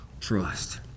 trust